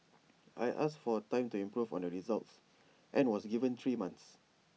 I asked for time to improve on the results and was given three months